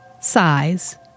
size